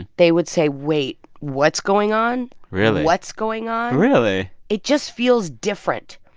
they would say, wait. what's going on? really? what's going on? really? it just feels different.